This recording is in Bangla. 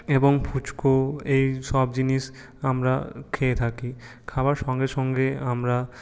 এবং ফুচকু এইসব জিনিস আমরা খেয়ে থাকি খাওয়ার সঙ্গে সঙ্গে আমরা